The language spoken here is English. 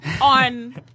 on